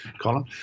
Colin